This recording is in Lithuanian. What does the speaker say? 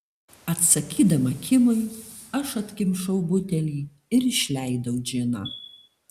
atsakydama kimui aš atkimšau butelį ir išleidau džiną